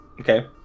Okay